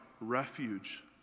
refuge